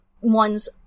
one's